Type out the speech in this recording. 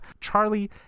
Charlie